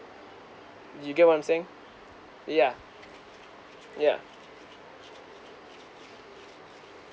you get what I'm saying yeah yeah